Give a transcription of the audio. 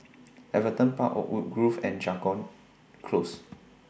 Everton Park Oakwood Grove and Jago Close